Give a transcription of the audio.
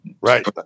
Right